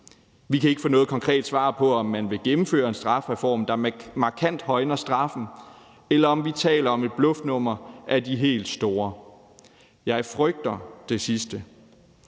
Vi kan ikke få noget konkret svar på, om man vil gennemføre en strafreform, der markant højner straffen, eller omdet er et bluffnummer af de helt store. Jeg frygter det sidste.